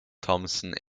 thomson